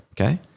okay